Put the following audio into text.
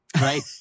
right